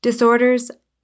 Disorders